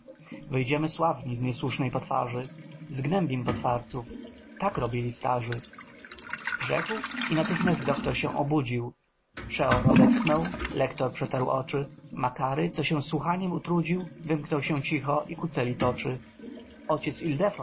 wyjdziemy sławni z niesłusznej potwarzy zgnębim potwarców tak robili starzy rzekł i natychmiast doktor się obudził przeor odetchnął lektor przetarł oczy makary co się słuchaniem utrudził wymknął się cicho i ku celi toczy ojciec ildefons co